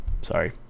sorry